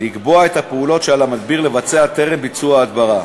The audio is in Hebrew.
לקבוע את הפעולות שעל המדביר לבצע טרם ביצוע ההדברה,